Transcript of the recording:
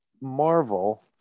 marvel